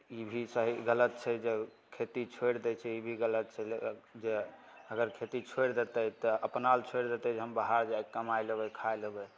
ई भी सही गलत छै जे खेती छोड़ि दै छै ई भी गलत छै जे अगर खेती छोड़ि देतै तऽ अपना लए छोड़ि देतै जे हम बाहर जाकऽ कमाय लेबय खाइ लेबय